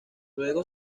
luego